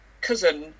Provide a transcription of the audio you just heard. cousin